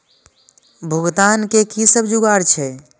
भुगतान के कि सब जुगार छे?